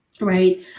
right